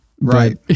Right